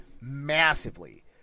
massively